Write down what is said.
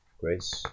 Grace